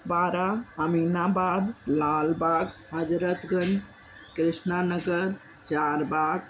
बारा अमीनाबाद लालबाग हजरतगंज कृष्णा नगर चार बाग